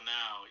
now